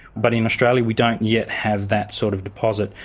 but in australia we don't yet have that sort of deposit.